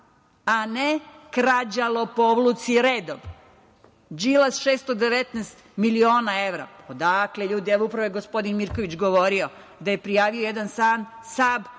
a ne krađa, lopovluci. Đilas 619 miliona evra, odakle ljudi? Upravo je gospodin Mirković govorio da je prijavio jedan stan od